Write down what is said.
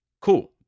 Cool